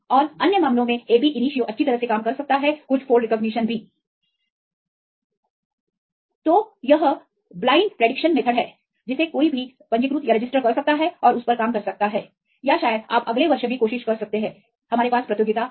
और अन्य मामलों में initio अच्छी तरह से काम कर सकता है कुछ फोल्ड रिकॉग्निशन तो यह अंधी भविष्यवाणी विधि है जिसे कोई भी पंजीकृत कर सकता है और उस पर काम कर सकता है या शायद आप अगले वर्ष भी कोशिश कर सकते हैं कि हमारे पास प्रतियोगिता है